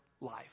life